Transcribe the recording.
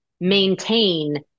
maintain